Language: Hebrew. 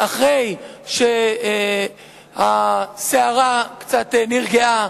אחרי שהסערה קצת נרגעה,